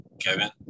Kevin